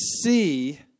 see